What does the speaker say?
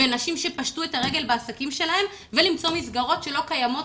ואנשים שפשטו את הרגל בעסקים ולמצוא מסגרות ולמצוא מסגרות שלא קיימות,